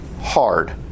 hard